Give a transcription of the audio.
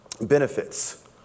benefits